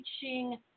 teaching